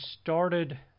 started –